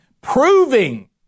proving